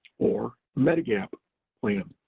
or medigap plan.